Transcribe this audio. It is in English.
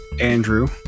Andrew